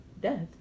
death